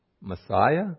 Messiah